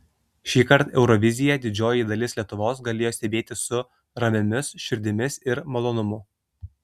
šįkart euroviziją didžioji dalis lietuvos galėjo stebėti su ramiomis širdimis ir malonumu